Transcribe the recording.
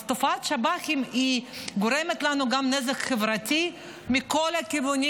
אז תופעת השב"חים גורמת לנו גם נזק חברתי מכל הכיוונים,